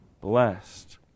Blessed